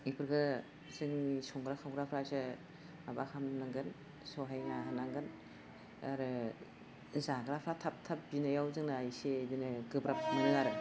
बेफोरखौ जोंनि संग्रा खावग्राफ्रासो माबा खामनांगोन सहायनो हानांगोन आरो जाग्राफ्रा थाब थाब बिनायाव जोंना एसे बिदिनो गोब्राब मोनो आरो